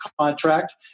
contract